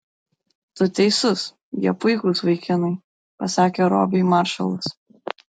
tu teisus jie puikūs vaikinai pasakė robiui maršalas